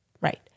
Right